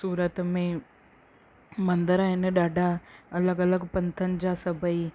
सूरत में मंदर आहिनि ॾाढा अलॻि अलॻि पंथनि जा सभई